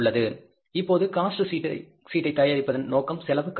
இப்போது காஸ்ட் சீட்டை தயாரிப்பதன் நோக்கம் செலவுக் கட்டுப்பாடு